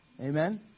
Amen